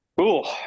Cool